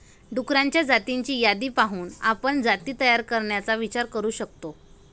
डुक्करांच्या जातींची यादी पाहून आपण जाती तयार करण्याचा विचार करू शकतो